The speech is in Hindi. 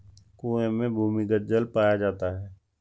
कुएं में भूमिगत जल पाया जाता है